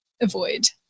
avoid